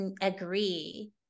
agree